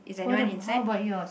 what a how about yours